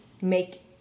make